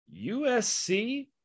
USC